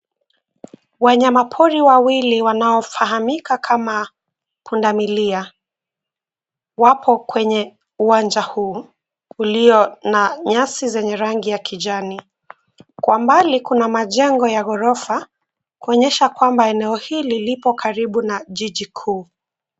Wanyama mapori wawili wanaofahamika kama pundamilia wapo kwenye uwanja huu ulio na nyasi zenye rangi ya kijani. Kwa mbali kuna majengo ya ghorofa kuonyesha kwamba eneo hili lipo karibu na jiji kuu.